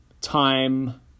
time